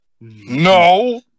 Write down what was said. No